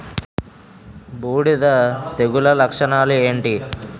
బూడిద తెగుల లక్షణాలు ఏంటి?